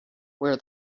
where